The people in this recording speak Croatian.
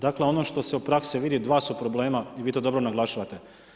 Dakle, ono što se u praksi vidi, dva su problema i vi to dobro naglašavate.